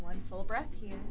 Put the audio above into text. one full breath here